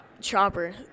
Chopper